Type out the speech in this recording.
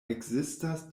ekzistas